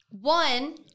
one